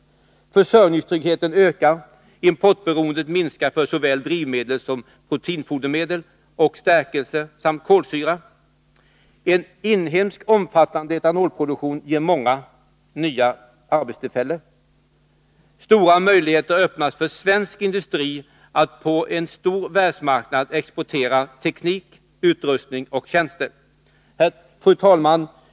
Försörjningstryggheten ökar och importberoendet minskar för såväl drivmedel som proteinfodermedel och stärkelse samt kolsyra. En inhemsk omfattande etanolproduktion ger många nya arbetstillfällen. Stora möjligheter öppnas för svensk industri att på en stor världsmarknad exportera teknik, utrustning och tjänster. Fru talman!